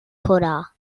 kutter